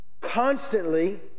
constantly